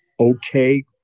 okay